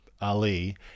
Ali